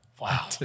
Wow